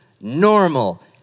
normal